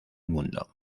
mundo